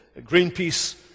Greenpeace